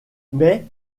mais